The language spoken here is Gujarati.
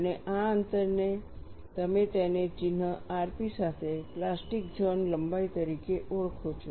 અને આ અંતરને તમે તેને ચિહ્ન rp સાથે પ્લાસ્ટિક ઝોન લંબાઈ તરીકે ઓળખો છો